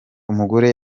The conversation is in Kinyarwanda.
umugore